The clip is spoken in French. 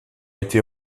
été